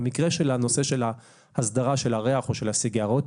בנושא של הסדרת הריח או הסיגריות,